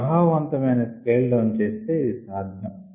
ప్రభావ వంతమైన scale down చేస్తే ఇది సాధ్యం